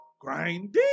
Grinding